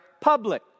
public